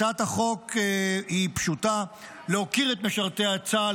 הצעת החוק היא פשוטה: להוקיר את משרתי צה"ל